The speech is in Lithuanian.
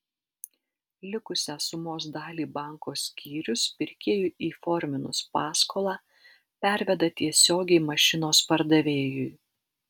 likusią sumos dalį banko skyrius pirkėjui įforminus paskolą perveda tiesiogiai mašinos pardavėjui